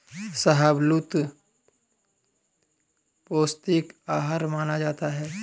शाहबलूत पौस्टिक आहार माना जाता है